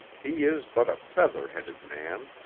he is but a feather headed man.